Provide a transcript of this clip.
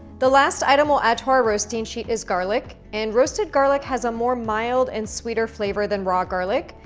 the last item we'll add to our roasting sheet is garlic and roasted garlic has a more mild and sweeter flavor than raw garlic,